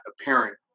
apparent